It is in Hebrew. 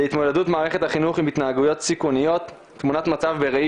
זה "התמודדות מערכת החינוך עם התנהגויות סיכוניות תמונת מצב בראי